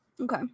Okay